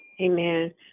Amen